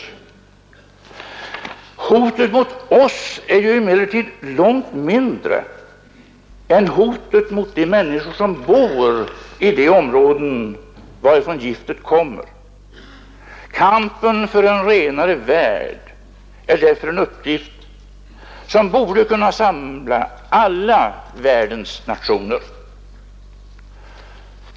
Men hotet mot oss är ju långt mindre än hotet mot de människor som bor i de områden varifrån giftet kommer. Kampen för en renare värld är därför en uppgift som borde kunna samla alla världens nationer.